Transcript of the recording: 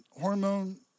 hormone